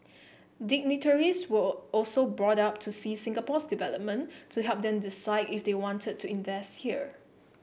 dignitaries were also brought up to see Singapore's development to help them decide if they wanted to invest here